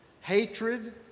Hatred